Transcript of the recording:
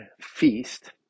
feast